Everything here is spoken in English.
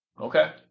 Okay